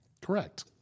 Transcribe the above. Correct